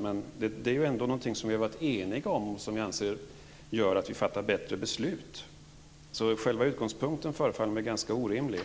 Men det är ju någonting som vi har varit eniga om och som jag anser gör att vi fattar bättre beslut, så själva utgångspunkten förefaller mig ganska orimlig.